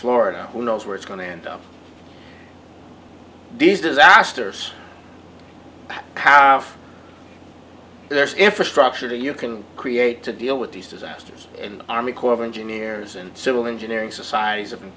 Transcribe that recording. florida who knows where it's going to end up these disasters have the best infrastructure you can create to deal with these disasters and army corps of engineers and civil engineering societies have been